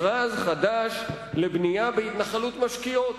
מכרז חדש לבנייה בהתנחלות משכיות.